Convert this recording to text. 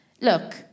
look